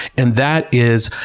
and that is,